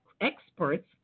experts